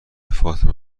فاطمه